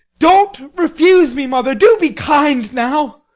don't refuse me, mother. do be kind, now!